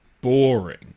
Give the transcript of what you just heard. boring